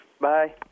Bye